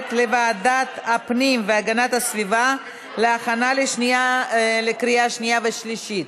ומועברת לוועדת הפנים והגנת הסביבה להכנה לקריאה שנייה ושלישית.